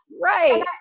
right